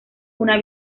una